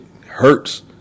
hurts